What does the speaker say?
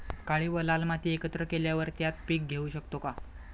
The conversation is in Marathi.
काळी व लाल माती एकत्र केल्यावर त्यात पीक घेऊ शकतो का?